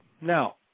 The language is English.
Now